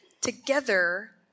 together